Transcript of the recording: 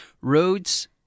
Roads